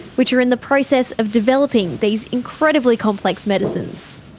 which are in the process of developing these incredibly complex medicines.